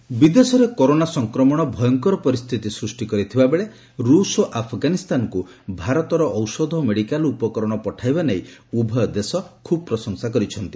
ଔଷଧ ରପ୍ତାନୀ ବିଦେଶରେ କରୋନା ସଂକ୍ରମଣ ଭୟଙ୍କର ପରିସ୍ଥିତି ସୃଷ୍ଟି କରିଥିବାବେଳେ ରୁଷ ଓ ଆଫଗାନିସ୍ତାନକ୍ ଭାରତର ଔଷଧ ଓ ମେଡିକାଲ୍ ଉପକରଣ ପଠାଇବା ନେଇ ଉଭୟ ଦେଶ ଖୁବ୍ ପ୍ରଶଂସା କରିଛନ୍ତି